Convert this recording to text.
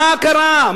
מה קרה?